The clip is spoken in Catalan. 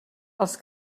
els